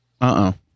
Uh-oh